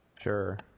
Sure